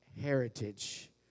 heritage